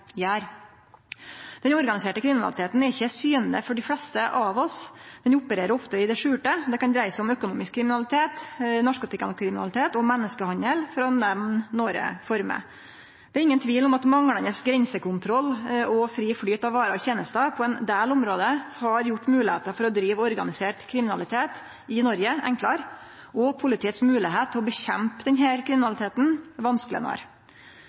gjer. Den organiserte kriminaliteten er ikkje synleg for dei fleste av oss, men opererer ofte i det skjulte. Det kan dreie seg om økonomisk kriminalitet, narkotikakriminalitet og menneskehandel, for å nemne nokre former. Det er ingen tvil om at manglande grensekontroll og fri flyt av varer og tenester på ein del område har gjort moglegheita for å drive organisert kriminalitet i Noreg enklare og politiets moglegheit til å kjempe mot denne kriminaliteten vanskelegare. Kampen mot den